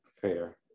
Fair